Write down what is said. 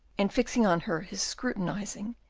and fixing on her his scrutinising,